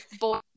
boy